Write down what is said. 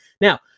Now